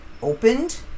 opened